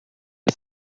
des